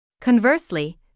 Conversely